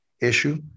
issue